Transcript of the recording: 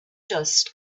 dust